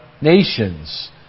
nations